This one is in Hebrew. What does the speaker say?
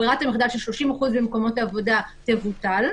שברירת המחדל של 30% במקומות העבודה תבוטל,